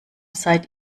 seid